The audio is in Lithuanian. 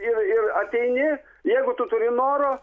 ir ir ateini jeigu tu turi noro